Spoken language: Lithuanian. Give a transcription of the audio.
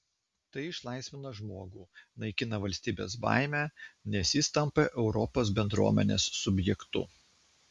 tai išlaisvina žmogų naikina valstybės baimę nes jis tampa europos bendruomenės subjektu